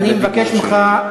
אני מבקש ממך.